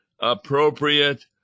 appropriate